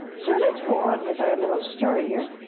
so let's go on with our little story here.